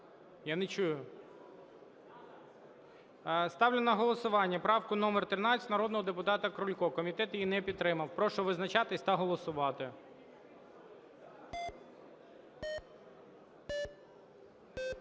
Я не чую. Ставлю на голосування правку номер 13 народного депутата Крулька. Комітет її не підтримав. Прошу визначатись та голосувати.